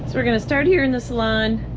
we're gonna start here in the salon.